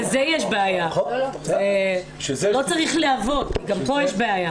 לא צריך ל- -- כי גם פה יש בעיה.